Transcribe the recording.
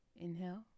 Inhale